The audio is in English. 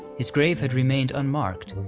his grave had remained unmarked,